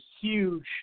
huge